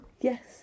Yes